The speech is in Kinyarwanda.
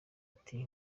ati